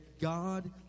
God